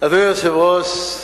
אדוני היושב-ראש,